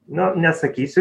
nu neatsakysiu